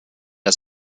der